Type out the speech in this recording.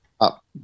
Up